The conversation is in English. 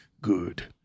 Good